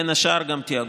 בין השאר גם תאגוד.